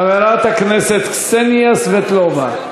חברת הכנסת קסניה סבטלובה.